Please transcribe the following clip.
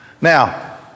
Now